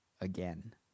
again